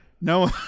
No